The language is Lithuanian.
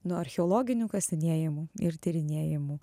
nuo archeologinių kasinėjimų ir tyrinėjimų